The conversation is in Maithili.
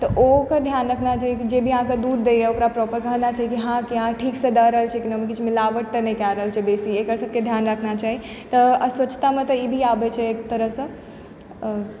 तऽ ओहोपर ध्यान रखना चाही जे भी अहाँके दूध दै यऽ ओकरा प्रॉपर कहने छै की अहाँ ठीकसँ दए रहल छियै की नहि ओहिमे किछु मिलावट तऽ नहि कए रहल छी बेसी एकर सबके ध्यान रखना चाही तऽ अस्वछतामे तऽ ई भी आबै छै एक तरहसँ